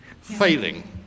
failing